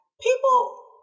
people